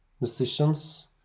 musicians